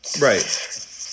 Right